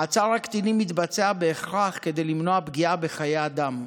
מעצר הקטינים מתבצע בהכרח כדי למנוע פגיעה בחיי אדם,